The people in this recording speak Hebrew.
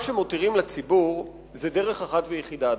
מה שמותירים לציבור זו דרך אחת ויחידה,